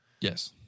Yes